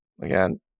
Again